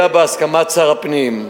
אלא בהסכמת שר הפנים.